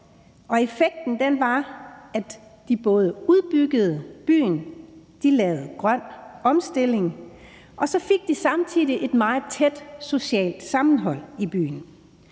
effekten var, at de både udbyggede byen, de lavede grøn omstilling, og så fik de samtidig et meget tæt socialt sammenhold i byen.